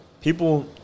people